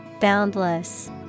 Boundless